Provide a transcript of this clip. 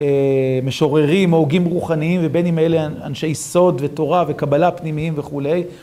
משוררים, הוגים רוחניים, ובין אם אלה אנשי סוד ותורה וקבלה פנימיים וכולי.